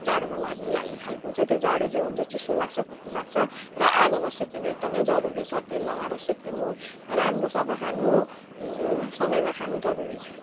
लागिहाल्ने खालको चाहिँ त्यही हो जाडो चाहिँ हुन्छ चिसो लाग्छ खोकी लाग्छ र आगोमा सेकिनु एकदमै जरुरी छ तेल लगाएर सेकिनु राम्रो सफा खानु समयमा खानु जरुरी छ